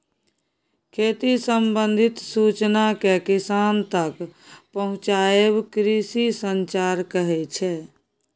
खेती संबंधित सुचना केँ किसान तक पहुँचाएब कृषि संचार कहै छै